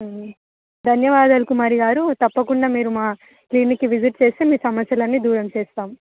ధన్యవాదాలు కుమారి గారు తప్పకుండా మీరు మా క్లినిక్కి విజిట్ చేస్తే మీ సమస్యలు అన్నీ దూరం చేస్తాం